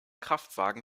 kraftwagen